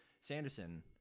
Sanderson